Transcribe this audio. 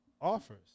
offers